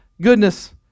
goodness